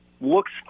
looks